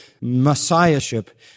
Messiahship